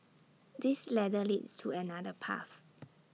this ladder leads to another path